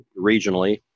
regionally